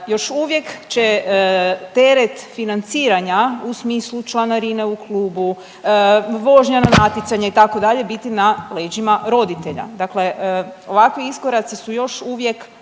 Još uvijek će teret financiranja u smislu članarine u klubu, vožnja na natjecanje itd. biti na leđima roditelja, dakle ovakvi iskoraci su još uvijek